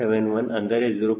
71 ಅಂದರೆ 0